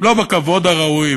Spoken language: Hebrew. לא בכבוד הראוי.